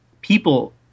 people